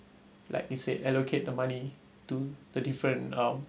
like you said allocate the money to the different um